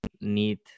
need